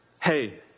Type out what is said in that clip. hey